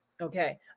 Okay